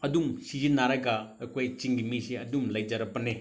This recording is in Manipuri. ꯑꯗꯨꯝ ꯁꯤꯖꯤꯟꯅꯔꯒ ꯑꯩꯈꯣꯏ ꯆꯤꯡꯒꯤ ꯃꯤꯁꯦ ꯑꯗꯨꯝ ꯂꯩꯖꯔꯛꯄꯅꯦ